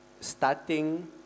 starting